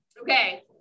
Okay